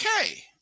okay